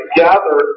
gather